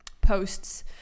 posts